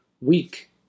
week